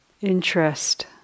interest